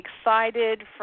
excited